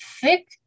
thick